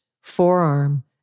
forearm